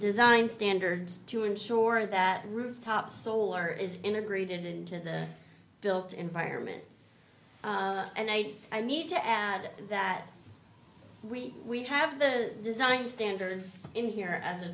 design standards to ensure that rooftop solar is integrated into the built environment and i i need to add that we we have the design standards in here as a